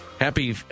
Happy